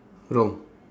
wrong